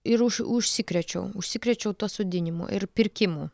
ir užsikrėčiau užsikrėčiau tuo sodinimu ir pirkimu